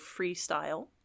freestyle